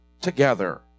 together